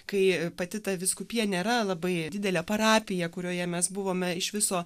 kai pati ta vyskupija nėra labai didelė parapija kurioje mes buvome iš viso